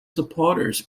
supporters